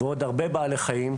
ועוד הרבה בעלי חיים.